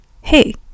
Hey